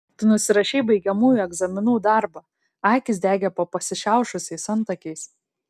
tu nusirašei baigiamųjų egzaminų darbą akys degė po pasišiaušusiais antakiais